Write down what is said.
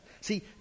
See